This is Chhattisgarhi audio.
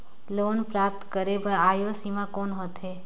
लोन प्राप्त करे बर आयु सीमा कौन होथे?